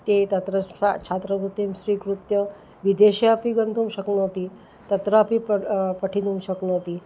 ते तत्र स्वछात्रवृत्तिं स्वीकृत्य विदेशे अपि गन्तुं शक्नोति तत्रापि प्र पठितुं शक्नोति